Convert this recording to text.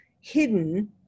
hidden